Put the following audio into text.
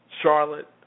Charlotte